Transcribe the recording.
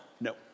No